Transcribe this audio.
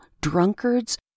drunkards